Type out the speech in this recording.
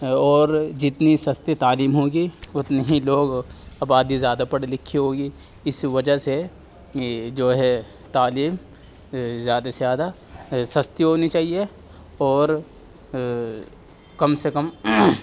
اور جتنی سستی تعلیم ہوگی اتنی ہی لوگ آبادی زیادہ پڑھی لکھی ہوگی اس وجہ سے جو ہے تعلیم زیادہ سے زیادہ سستی ہونی چاہیے اور کم سے کم